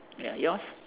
ya yours